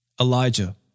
Elijah